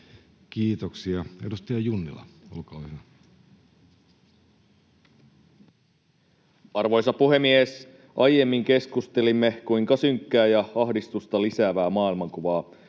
Kiitoksia. — Edustaja Junnila, olkaa hyvä. Arvoisa puhemies! Aiemmin keskustelimme siitä, kuinka synkkää ja ahdistusta lisäävää maailmankuvaa